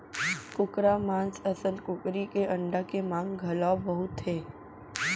कुकरा मांस असन कुकरी के अंडा के मांग घलौ बहुत हे